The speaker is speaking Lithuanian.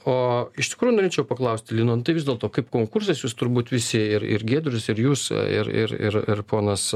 o iš tikrųjų norėčiau paklausti lino nu tai vis dėlto kaip konkursas jūs turbūt visi ir ir giedrius ir jūs ir ir ir ir ponas